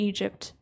Egypt